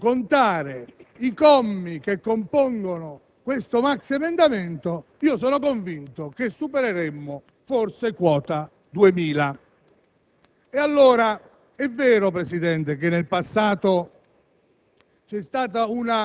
per cui, se volessimo contare i commi che compongono il maxiemendamento, sono convinto che supereremmo, forse, quota 2.000. È vero, signor Presidente, che nel passato